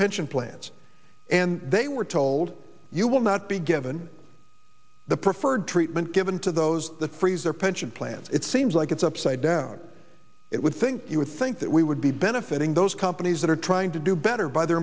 pension plans and they were told you will not be given the preferred treatment given to those the three their pension plan it seems like it's upside down it would think you would think that we would be benefiting those companies that are trying to do better by their